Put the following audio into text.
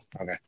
Okay